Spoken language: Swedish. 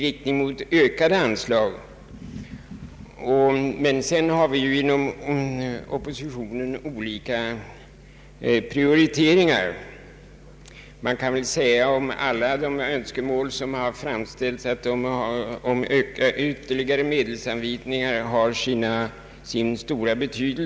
Men sedan har vi inom oppositionen olika prioriteringar. Alla de önskemål som framställts om ytterligare medelsanvisningar har sin särskilda tonvikt.